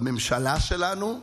בממשלה שלנו,